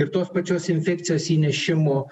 ir tos pačios infekcijos įnešimo